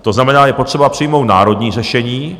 To znamená, je potřeba přijmout národní řešení.